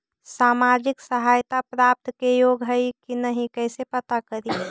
सामाजिक सहायता प्राप्त के योग्य हई कि नहीं कैसे पता करी?